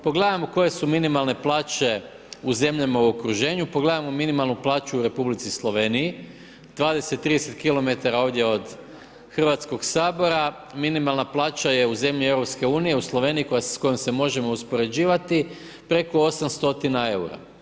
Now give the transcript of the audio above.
Pogledajmo koje su minimalne plaće u zemljama u okruženju, pogledajmo minimalnu plaću u Republici Sloveniji, 20, 30 km ovdje od Hrvatskog sabora, minimalna plaća je u zemlji EU u Sloveniji s kojom se možemo uspoređivati preko 800 EUR-a.